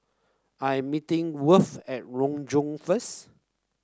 I am meeting Worth at Renjong first